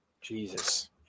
Jesus